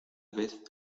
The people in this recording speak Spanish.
vez